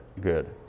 good